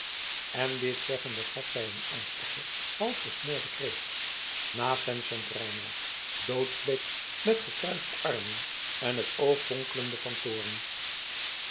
en dit zeggende gaf zij een angstigen half gesmoorden kreet naast hen stond reinout doodsbleek met gekruiste armen en het oog vonkelende van toorn